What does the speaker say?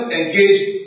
engaged